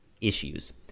issues